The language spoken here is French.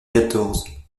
quatorze